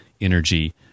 energy